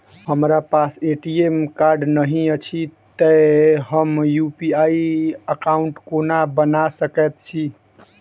हमरा पास ATM card नहि अछि तए हम यु.पी.आई एकॉउन्ट कोना बना सकैत छी